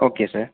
okay sir